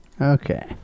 Okay